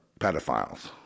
pedophiles